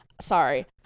sorry